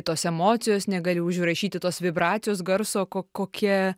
tos emocijos negali užrašyti tos vibracijos garso ko kokia